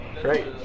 Great